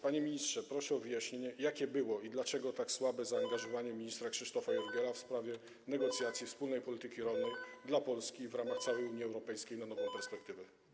Panie ministrze, proszę o wyjaśnienie, jakie było, i dlaczego tak słabe, zaangażowanie ministra Krzysztofa Jurgiela w sprawie negocjacji wspólnej polityki rolnej dla Polski w ramach całej Unii Europejskiej co do nowej perspektywy.